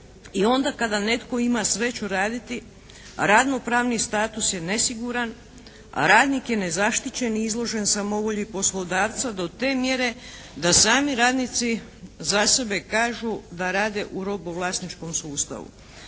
i onda kada netko ima sreću raditi radno pravni status je nesiguran, radnik je nezaštićen i izložen samovolji poslodavca do te mjere da sami radnici za sebe kažu da rade u robovlasničkom sustavu.